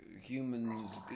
humans